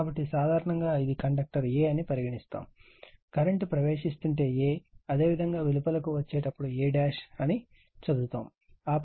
కాబట్టి సాధారణంగా ఇది కండక్టర్ a అని పరిగణిస్తాము కరెంటు ప్రవేశిస్తుంటే a అదేవిధంగా వెలుపలకు వచ్చేటప్పుడు a అని చదవండి ఆపై